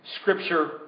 scripture